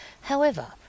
However